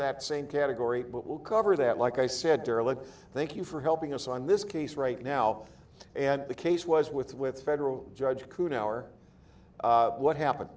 that same category but we'll cover that like i said earlier thank you for helping us on this case right now and the case was with with federal judge coon our what happened